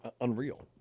Unreal